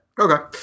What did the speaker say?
Okay